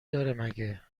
مگه